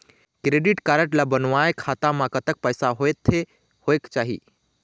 Credit card ला बनवाए खाता मा कतक पैसा होथे होएक चाही?